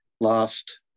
last